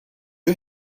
you